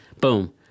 Boom